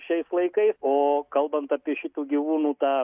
šiais laikais o kalbant apie šitų gyvūnų tą